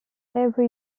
every